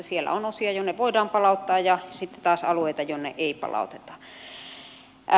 siellä on osia minne voidaan palauttaa ja sitten taas alueita minne ei palauteta